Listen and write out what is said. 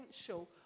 potential